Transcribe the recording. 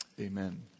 Amen